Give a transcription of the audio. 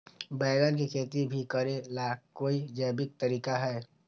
बैंगन के खेती भी करे ला का कोई जैविक तरीका है?